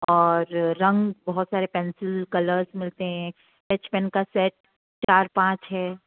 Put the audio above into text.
और रंग बहुत सारे पेन्सिल कलर्स मिलते हैं स्केच पेन का सेट चार पाँच छः